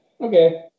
Okay